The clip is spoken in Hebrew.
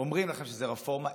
אומרים לכם שזו רפורמה,